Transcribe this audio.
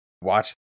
watch